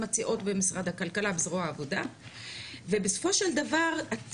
מציעות במשרד הכלכלה בזרוע העבודה ובסופו של דבר ,